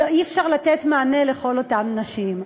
אי-אפשר לתת מענה לכל אותן נשים.